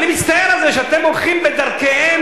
אני מצטער על זה שאתם הולכים בדרכיהם,